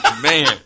Man